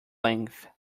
length